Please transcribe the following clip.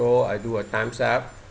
so I do a thumbs up